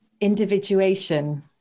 individuation